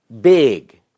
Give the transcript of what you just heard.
big